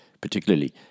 particularly